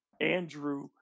Andrew